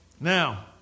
Now